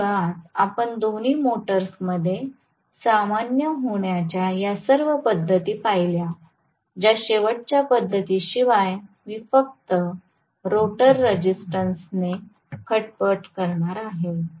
तर मुळात आपण दोन्ही मोटर्समध्ये सामान्य होण्याच्या या सर्व पद्धती पाहिल्या ज्या शेवटच्या पद्धतीशिवाय मी फक्त रोटर रेझिस्टन्सने खटपट करणार आहे